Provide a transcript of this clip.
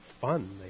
fun